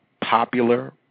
popular